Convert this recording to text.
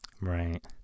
right